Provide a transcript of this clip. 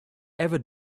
ever